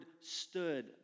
stood